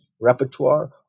repertoire